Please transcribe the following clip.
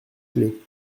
clé